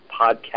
podcast